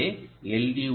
எனவே எல்